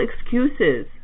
excuses